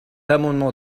amendement